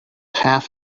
half